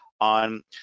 on